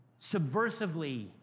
subversively